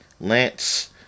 Lance